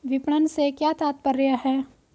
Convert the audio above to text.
विपणन से क्या तात्पर्य है?